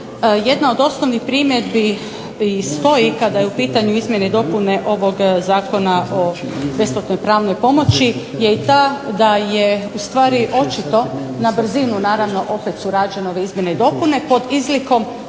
jedna od osnovnih primjedbi i stoji kada je u pitanju izmjene i dopune ovog Zakona o besplatnoj pravnoj pomoći, je i ta da je ustvari očito na brzinu naravno opet su rađene ove izmjene i dopune, pod izlikom